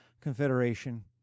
Confederation